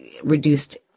reduced